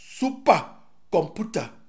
supercomputer